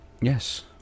yes